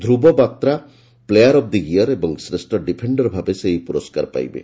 Dhruv Batra player of the year ଏବଂ ଶ୍ରେଷ defender ଭାବେ ସେ ଏହି ପୁରସ୍କାର ପାଇବେ